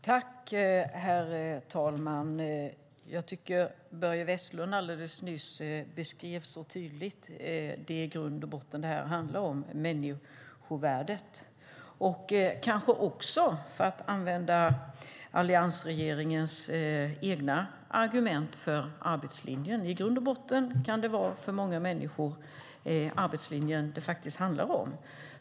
Herr talman! Jag tycker att Börje Vestlund så tydligt alldeles nyss beskrev vad det här i grund och botten handlar om, människovärdet och, för att använda alliansregeringens egna argument, arbetslinjen. I grund och botten kan det vara för många människor arbetslinjen det handlar om.